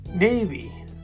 Navy